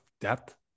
depth